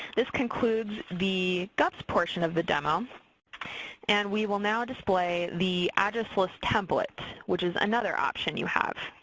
this concludes the gups portion of the demo and we will now display the address list template, which is another option you have.